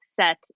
set